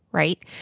right,